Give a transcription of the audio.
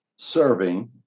serving